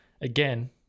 again